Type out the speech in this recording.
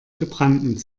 gebrannten